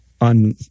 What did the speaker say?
on